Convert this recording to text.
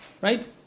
Right